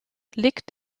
liegt